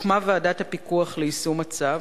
הוקמה ועדת הפיקוח ליישום הצו,